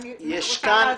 אני רוצה להסביר.